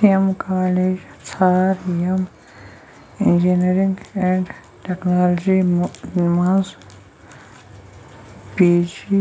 تِم کالیج ژھار یِم اِنجینرِنٛگ اینٛڈ ٹیکنالجی منٛز پی جی